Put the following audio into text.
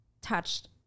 touched